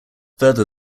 further